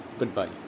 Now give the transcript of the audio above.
Goodbye